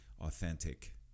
authentic